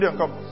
come